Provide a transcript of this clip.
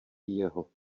jeho